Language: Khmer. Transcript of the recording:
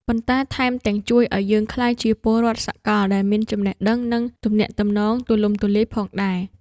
ប៉ុន្តែថែមទាំងជួយឱ្យយើងក្លាយជា ពលរដ្ឋសកល ដែលមានចំណេះដឹង និងទំនាក់ទំនងទូលំទូលាយផងដែរ។